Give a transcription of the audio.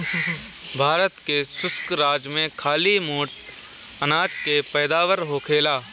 भारत के शुष्क राज में खाली मोट अनाज के पैदावार होखेला